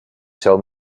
tell